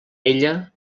ella